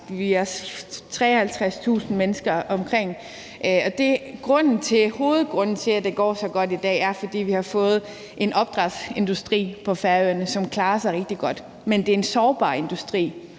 53.000 mennesker. Hovedårsagen til, at det går så godt i dag, er, at vi har fået en opdrætsindustri på Færøerne, som klarer sig rigtig godt. Men det er en sårbar industri.